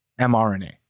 mRNA